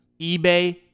eBay